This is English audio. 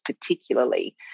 particularly